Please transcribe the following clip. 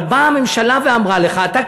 אבל באה הממשלה ואמרה לך: אתה,